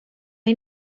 hay